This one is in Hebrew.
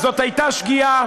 זאת הייתה שגיאה,